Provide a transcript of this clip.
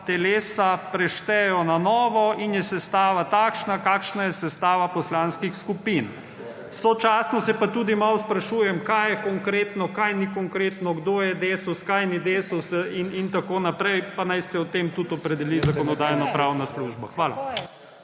telesa preštejejo na novo in je sestava takšna, kakršna je sestava poslanskih skupin. Sočasno se pa tudi malo sprašujem, kaj je konkretno, kaj ni konkretno, kdo je Desus, kaj ni Desus in tako naprej, pa naj se o tem tudi opredeli Zakonodajno-pravna služba. Hvala.